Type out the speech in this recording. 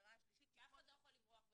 כי אף אחד לא יכול לברוח ולהתחמק.